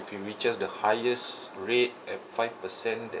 if it reaches the highest rate at five per cent that